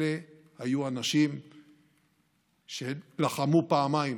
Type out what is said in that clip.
אלה היו אנשים שלחמו פעמיים: